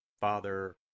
Father